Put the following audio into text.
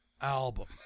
album